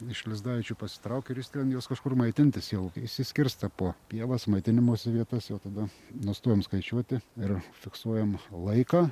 iš lizdaičių pasitraukia ir išskrenda jos kažkur maitintis jau išsiskirsto po pievas maitinimosi vietas jau tada nustojam skaičiuoti ir fiksuojam laiką